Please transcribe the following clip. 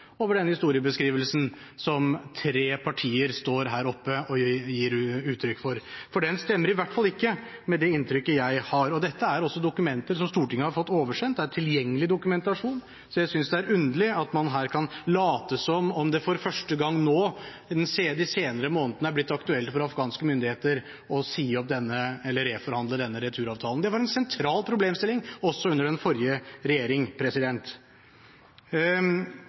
over denne historiebeskrivelsen som tre partier står her oppe og gir uttrykk for, for den stemmer i hvert fall ikke med det inntrykket jeg har. Og dette er dokumenter som Stortinget har fått oversendt, det er tilgjengelig dokumentasjon, så jeg synes det er underlig at man her kan late som om det for første gang nå, i de senere månedene, er blitt aktuelt for afghanske myndigheter å reforhandle denne returavtalen. Dette var en sentral problemstilling også under den forrige regjering.